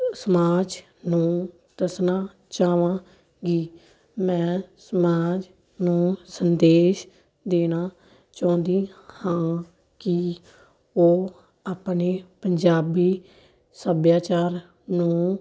ਸਮਾਜ ਨੂੰ ਦੱਸਣਾ ਚਾਹਾਂਗੀ ਮੈਂ ਸਮਾਜ ਨੂੰ ਸੰਦੇਸ਼ ਦੇਣਾ ਚਾਹੁੰਦੀ ਹਾਂ ਕਿ ਉਹ ਆਪਣੇ ਪੰਜਾਬੀ ਸੱਭਿਆਚਾਰ ਨੂੰ